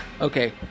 Okay